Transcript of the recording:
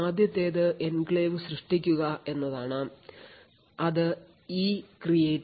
ആദ്യത്തേത് എൻക്ലേവ് സൃഷ്ടിക്കുക എന്നതാണ് അത് ECREATE ഇൻസ്ട്രക്ഷൻ ആണ്